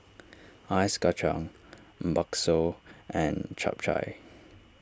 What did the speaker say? Ice Kachang Bakso and Chap Chai